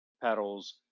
petals